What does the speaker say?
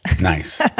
Nice